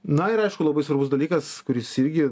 na ir aišku labai svarbus dalykas kuris irgi